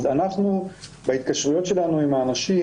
אז אנחנו בהתקשרויות שלנו עם האנשים,